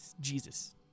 Jesus